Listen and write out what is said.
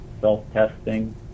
self-testing